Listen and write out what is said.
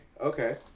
okay